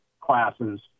classes